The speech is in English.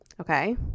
okay